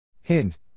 Hint